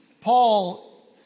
Paul